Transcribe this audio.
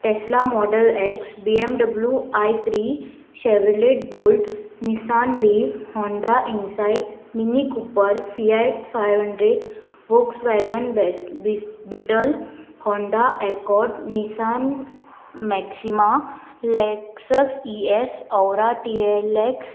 Tesla Model X B M W i three Chevy Bolt Nissan Leaf Honda Insight Mini Cooper Fiat five hundred वॉक्स वॅगनिटल Honda Accord Nissan Maxima Lexus E S Acura TLX